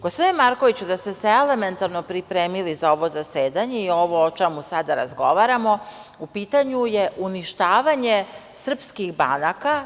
Gospodine Markoviću, da ste se elementarno pripremili za ovo zasedanje i ovo o čemu sada razgovaramo, u pitanju je uništavanje srpskih banaka.